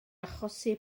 achosi